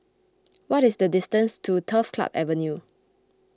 what is the distance to Turf Club Avenue